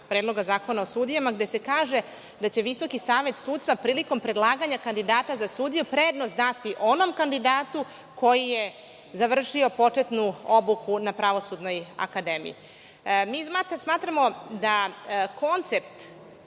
Predloga zakona o sudijama gde se kaže da će VSS prilikom predlaganja kandidata za sudije, prednost dati onom kandidatu koji je završio početnu obuku na Pravosudnoj akademiji. Mi smatramo da koncept